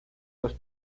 los